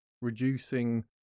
reducing